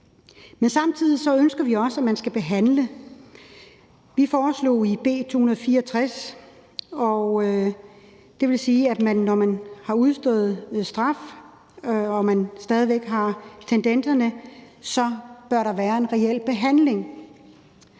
ting. Samtidig ønsker vi også, at man skal behandle det. Vi foreslog i B 264, at når man har udstået sin straf, og hvis man stadig væk har tendenserne, bør der være en reel behandling.